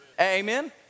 Amen